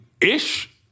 Ish